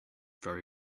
very